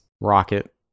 Rocket